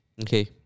Okay